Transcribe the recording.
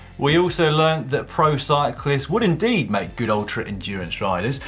we also learned that pro cyclists would indeed make good ultra-endurance riders.